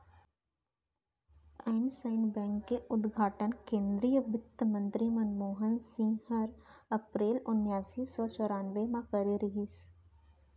IndusInd bank के उद्घाटन केन्द्रीय बित्तमंतरी मनमोहन सिंह हर अपरेल ओनाइस सौ चैरानबे म करे रहिस